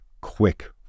quick